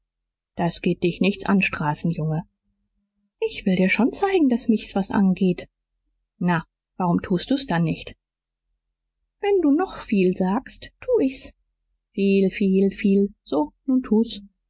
das geht dich nichts an straßenjunge ich will dir schon zeigen daß mich's was angeht na warum tust du's denn nicht wenn du noch viel sagst tu ich's viel viel viel so nun tu's